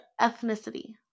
ethnicity